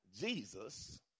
Jesus